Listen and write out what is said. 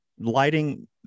lighting